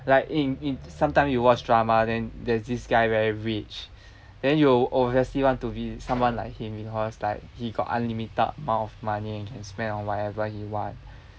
like in in sometime you watch drama then there this guy very rich then you obviously want to be someone like him because like he got unlimited amount of money can spend on whatever he want